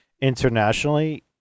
internationally